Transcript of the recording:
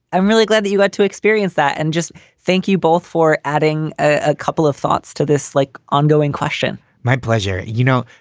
i'm really glad that you get to experience that. and just thank you both for adding a couple of thoughts to this, like ongoing question my pleasure. you know,